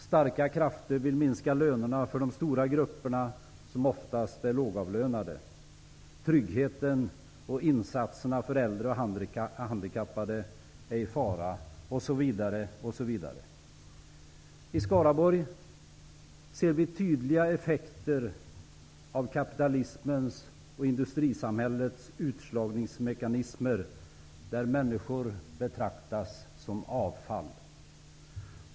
Starka krafter vill minska lönerna för de stora grupperna, som oftast är lågavlönade. Tryggheten och insatserna för äldre och handikappade är i fara, osv. osv. I Skaraborg ser vi tydliga effekter av kapitalismens och industrisamhällets utslagningsmekanismer, där människor betraktas som avfall.